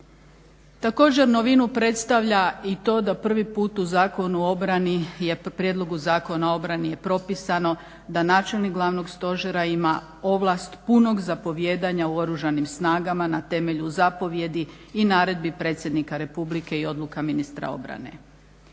Također, novinu predstavlja i to da prvi put u prijedlogu Zakona u obrani je propisano da načelnik Glavnog stožera ima ovlast punog zapovijedanja u Oružanim snagama na temelju zapovjedi i naredbi predsjednika Republike i odluka ministra obrane.